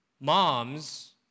moms